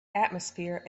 atmosphere